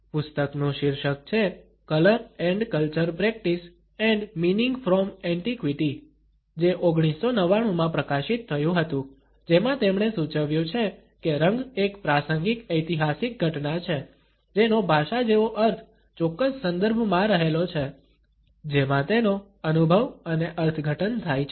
પુસ્તકનું શીર્ષક છે colour and culture practice and meaning from antiquity જે 1999 માં પ્રકાશિત થયું હતુ જેમાં તેમણે સૂચવ્યું છે કે રંગ એક પ્રાસંગિક ઐતિહાસિક ઘટના છે જેનો ભાષા જેવો અર્થ ચોક્કસ સંદર્ભમાં રહેલો છે જેમાં તેનો અનુભવ અને અર્થઘટન થાય છે